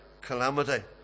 calamity